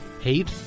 hate